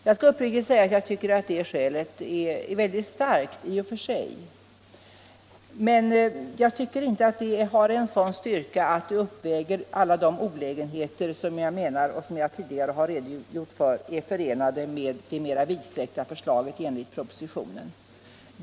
Jag skall uppriktigt säga att jag tycker det skälet är utomordentligt starkt i och för sig, men jag tycker inte att det har en sådan styrka att det uppväger alla de olägenheter — jag har tidigare redogjort för dem — som är förenade med det mera vidsträckta förslaget enligt propositionen.